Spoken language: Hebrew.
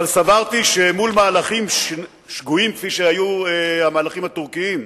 אבל סברתי שמול מהלכים שגויים כפי שהיו המהלכים הטורקיים,